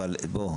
אבל בוא,